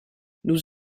nous